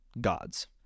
gods